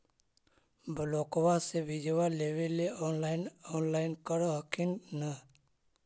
ब्लोक्बा से बिजबा लेबेले ऑनलाइन ऑनलाईन कर हखिन न?